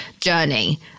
journey